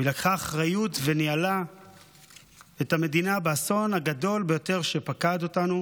היא לקחה אחריות וניהלה את המדינה באסון הגדול ביותר שפקד אותנו